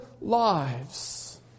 lives